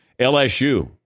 LSU